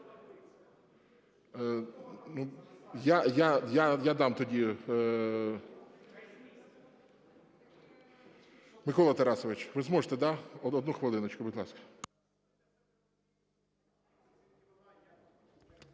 Я дам тоді. Микола Тарасович, ви зможете, да? Одну хвилиночку, будь ласка.